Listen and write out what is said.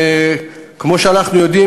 וכמו שאנחנו יודעים,